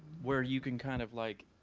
where you can kind of like